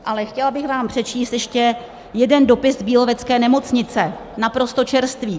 Ale chtěla bych vám přečíst ještě jeden dopis z Bílovecké nemocnice, naprosto čerstvý.